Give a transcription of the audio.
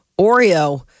Oreo